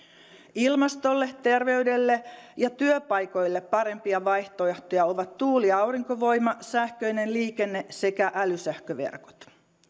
ilmastolle terveydelle ja työpaikoille parempia vaihtoehtoja ovat tuuli ja aurinkovoima sähköinen liikenne sekä älysähköverkot